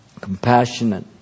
compassionate